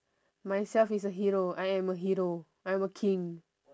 myself is a hero I am a hero I am a king